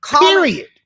Period